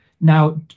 Now